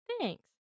Thanks